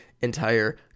entire